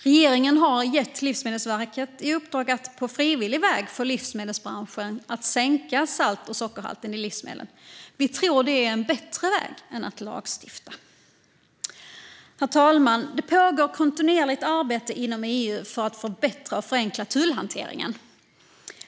Regeringen har gett Livsmedelsverket i uppdrag att få livsmedelsbranschen att på frivillig väg sänka salt och sockerhalten i livsmedel. Vi tror att det är en bättre väg än att lagstifta. Herr talman! Det pågår kontinuerligt arbete inom EU för att förbättra och förenkla tullhanteringen.